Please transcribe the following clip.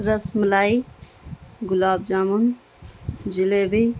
ras malai gulab jamun jalebi